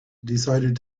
decided